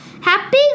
Happy